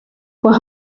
were